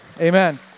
Amen